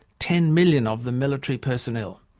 ten million of them military personnel.